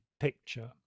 picture